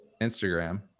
instagram